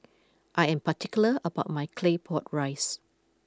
I am particular about my Claypot Rice